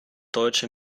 deutsche